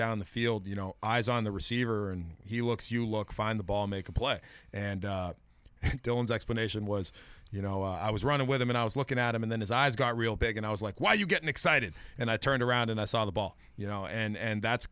down the field you know eyes on the receiver and he looks you look fine the ball make a play and dylan's explanation was you know i was run a weather man i was looking at him and then his eyes got real big and i was like why are you getting excited and i turned around and i saw the ball you know and that's